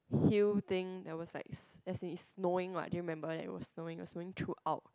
hill thing that was like let's say is knowing what do you remember that was knowing was knowing throughout